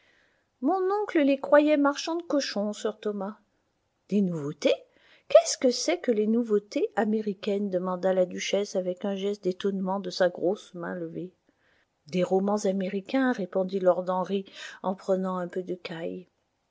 mon oncle les croyait marchands de cochons sir thomas des nouveautés qu'est-ce que c'est que les nouveautés américaines demanda la duchesse avec un geste d'étonnement de sa grosse main levée des romans américains répondit lord henry en prenant un peu de caille